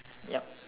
yup